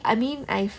I mean I